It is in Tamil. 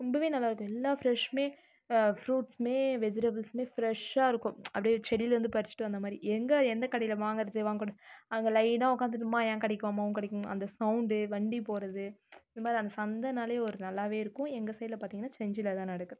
ரொம்பவே நல்லாயிருக்கும் எல்லா ஃப்ரெஷ்மே ஃப்ரூட்ஸ்மே வெஜிட்டபிள்ஸ்மே ஃப்ரெஷாயிருக்கும் அப்படியே செடியிலிருந்து பறிச்சுட்டு வந்தமாதிரி எங்கே எந்த கடையில் வாங்குறது வாங்கணும் அங்கே லைன்னால் உக்கார்ந்துட்டு அம்மா என் கடைக்கு வாம்மா உன் கடைக்கு வாம்மா அந்த சவுண்டு வண்டி போவது இதுமாதிரி அந்த சந்தைனாலே ஒரு நல்லாவேயிருக்கும் எங்கள் சைடில் பார்த்திங்கன்னா செஞ்சியிலே தான் நடக்குது